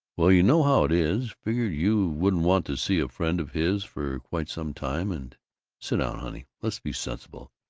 well, you know how it is. figured you wouldn't want to see a friend of his for quite some time and sit down, honey! let's be sensible.